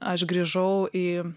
aš grįžau į